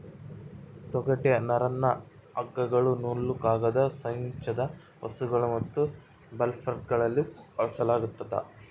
ತೊಗಟೆ ನರನ್ನ ಹಗ್ಗಗಳು ನೂಲು ಕಾಗದ ಸಂಯೋಜಿತ ವಸ್ತುಗಳು ಮತ್ತು ಬರ್ಲ್ಯಾಪ್ಗಳಲ್ಲಿ ಬಳಸಲಾಗ್ತದ